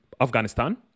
Afghanistan